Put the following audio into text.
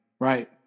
right